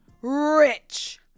rich